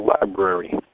Library